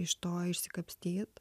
iš to išsikapstyt